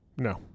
No